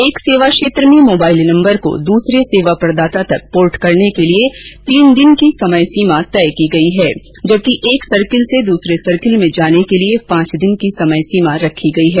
एक सेवा क्षेत्र में मोबाइल नंबर को दूसरे सेवा प्रदाता तक पोर्ट करने के लिए तीन दिन की समय सीमा तय की गई है जबकि एक सर्किल से दूसरे सर्किल में जाने के लिए पांच दिन की समय सीमा रखी गई है